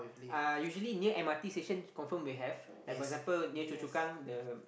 uh usually near m_r_t station confirm will have like for example near Choa-Chu-Kang the